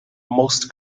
most